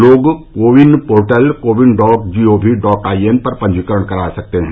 लोग CoWIN portal CoWIN dot gov dot in पर पंजीकरण करा सकते हैं